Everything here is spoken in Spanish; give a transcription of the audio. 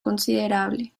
considerable